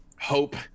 hope